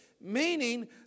meaning